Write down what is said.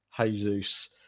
Jesus